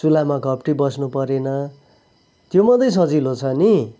चुल्हामा घोप्टिबस्नु परेन त्यो मात्रै सजिलो छ नि